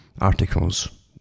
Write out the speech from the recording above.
articles